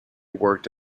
worked